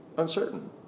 uncertain